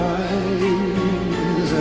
eyes